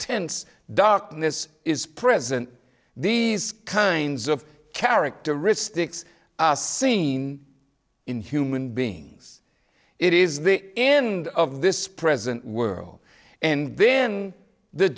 tense darkness is present these kinds of characteristics are seen in human beings it is the end of this present world and then the